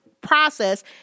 process